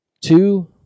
two